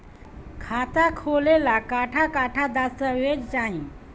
खाता खोले ला कट्ठा कट्ठा दस्तावेज चाहीं?